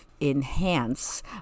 enhance